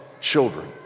children